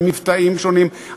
מבטאים שונים,